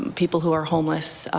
people who are homeless,